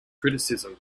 criticism